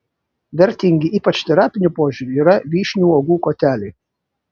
vertingi ypač terapiniu požiūriu yra vyšnių uogų koteliai